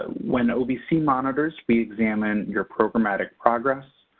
ah when ovc monitors, we examine your programmatic progress,